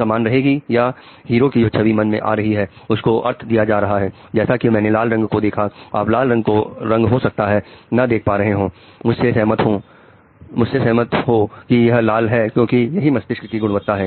समान रहेगी या हीरो की जो छवि मन में आ रही है और उसको अर्थ दिया जा रहा है जैसा कि मैंने लाल रंग को देखा आप लाल रंग को हो सकता है ना देख पा रहे हो और मुझसे सहमत हूं की यह लाल है क्योंकि यही मस्तिष्क की गुणवत्ता है